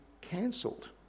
cancelled